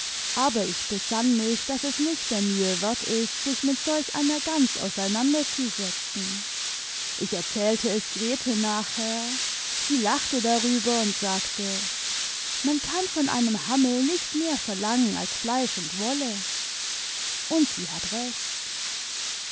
aber ich besann mich daß es nicht der mühe wert ist sich mit solch einer gans auseinanderzusetzen ich erzählte es grete nachher sie lachte darüber und sagte man kann von einem hammel nicht mehr verlangen als fleisch und wolle und sie hat recht